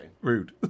Rude